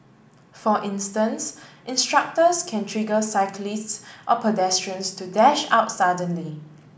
for instance instructors can trigger cyclists or pedestrians to dash out suddenly